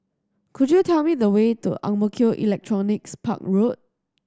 could you tell me the way to Ang Mo Kio Electronics Park Road